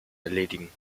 erledigen